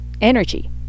energy